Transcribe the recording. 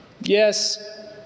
yes